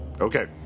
Okay